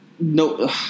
No